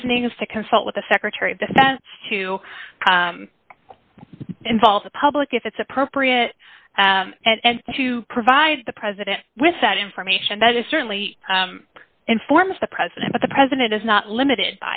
reasoning as to consult with the secretary of defense to involve the public if it's appropriate and to provide the president with that information that is certainly informs the president but the president is not limited